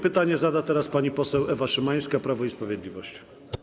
Pytanie zada teraz pani poseł Ewa Szymańska, Prawo i Sprawiedliwość.